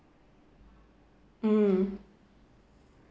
mm